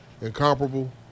incomparable